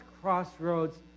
crossroads